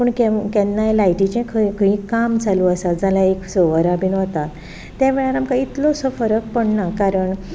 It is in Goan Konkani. पूण केन्नाय लायटीचें खंयीय काम चालू आसा जाल्यार एक स वरां बी वता त्यावेळार आमकां इतलोसो फरक पडना कारण